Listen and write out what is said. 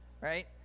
right